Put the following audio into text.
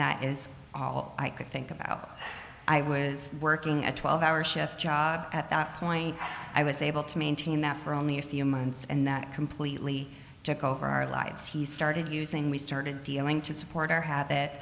that is all i could think about i was working a twelve hour shift job at that point i was able to maintain that for only a few months and that completely took over our lives he started using we started dealing to support our habit